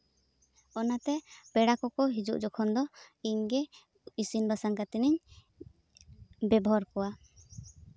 ᱚᱱᱟᱛᱮ ᱯᱮᱲᱟ ᱠᱚᱠᱚ ᱦᱤᱡᱩᱜ ᱡᱚᱠᱷᱚᱱ ᱫᱚ ᱤᱧᱜᱮ ᱤᱥᱤᱱ ᱵᱟᱥᱟᱝ ᱠᱟᱛᱮ ᱤᱧ ᱵᱮᱵᱚᱦᱟᱨ ᱠᱚᱣᱟ